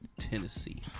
Tennessee